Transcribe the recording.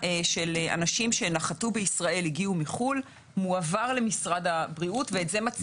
בקרב הנכנסים שמגיעים אלינו יש שיעור תחלואה הולך ועולה וכך זה חלק